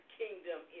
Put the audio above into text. kingdom